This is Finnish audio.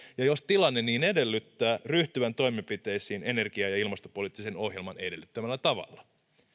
ja jos tilanne niin edellyttää ryhtyvän toimenpiteisiin energia ja ilmastopoliittisen ohjelman edellyttämällä tavalla